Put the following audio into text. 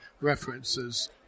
references